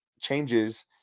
changes